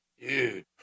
Dude